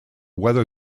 whether